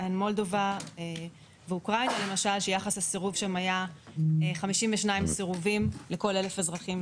במולדובה יחס הסירוב היה 52 לכל 1,000 אזרחים